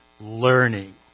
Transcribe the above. learning